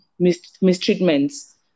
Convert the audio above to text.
mistreatments